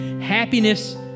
Happiness